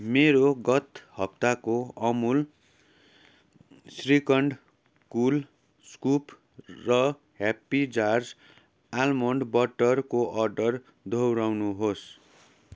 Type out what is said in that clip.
मेरो गत हप्ताको अमुल श्रीकण्ड कुल स्कुप र ह्याप्पी जार्स आमोन्ड बटरको अर्डर दोहोऱ्याउनुहोस्